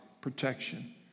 protection